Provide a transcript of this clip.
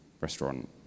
restaurant